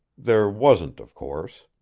there wasn't, of course.